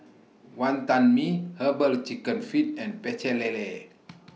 Wantan Mee Herbal Chicken Feet and Pecel Lele